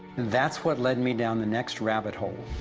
that's what led me down the next rabbit hole.